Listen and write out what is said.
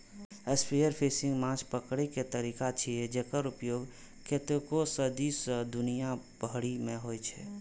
spearfishing माछ पकड़ै के तरीका छियै, जेकर उपयोग कतेको सदी सं दुनिया भरि मे होइ छै